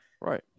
Right